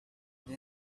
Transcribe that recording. they